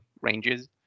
ranges